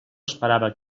esperava